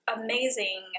amazing